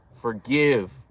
forgive